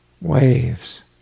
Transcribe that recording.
waves